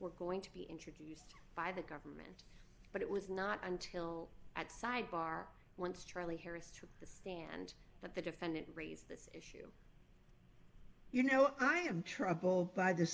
we're going to be introduced by the government but it was not until at sidebar once charlie harris took the stand that the defendant raised this if you know what i am troubled by the